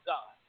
God